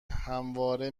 همواره